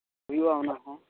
ᱦᱩᱭᱩᱜᱼᱟ ᱚᱱᱟ ᱦᱚᱸ